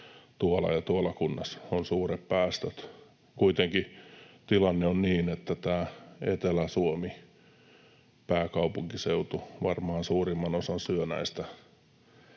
tuolla ja tuolla kunnassa on suuret päästöt. Kuitenkin tilanne on niin, että tämä Etelä-Suomi, pääkaupunkiseutu varmaan suurimman osan syö näistä tuotteista,